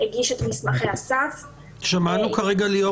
הגיש את מסמכי הסף ליאור,